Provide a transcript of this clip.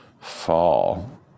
fall